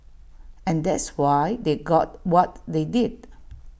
and that's why they got what they did